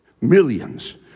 millions